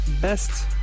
best